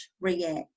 react